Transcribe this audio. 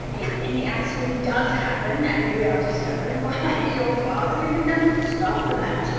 if any accident does happen, and we are discovered, why your father can do nothing to stop the match,